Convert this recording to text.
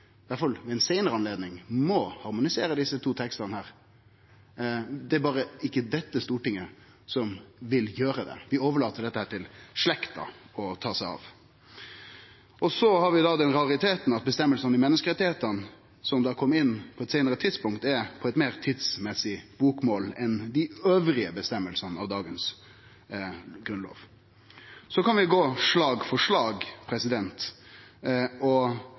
alle fall ved ei seinare anledning – må harmonisere desse to tekstane. Det er berre ikkje dette stortinget som vil gjere det, vi overlèt til slekta å ta seg av det. Vi har også rariteten med at føresegnene om menneskerettane, som kom inn på eit seinare tidspunkt, har eit meir tidsriktig bokmål enn dei andre føresegnene i dagens grunnlov. Så kan vi gå slag for slag og